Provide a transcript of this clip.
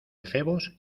efebos